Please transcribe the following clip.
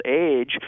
age